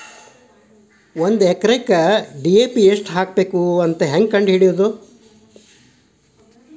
ಒಂದು ಎಕರೆಗೆ ಡಿ.ಎ.ಪಿ ಎಷ್ಟು ಹಾಕಬೇಕಂತ ಹೆಂಗೆ ಕಂಡು ಹಿಡಿಯುವುದು?